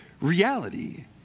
reality